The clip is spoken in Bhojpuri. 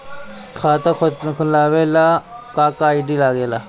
खाता खोलवावे ला का का आई.डी लागेला?